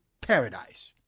paradise